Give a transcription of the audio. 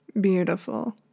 Beautiful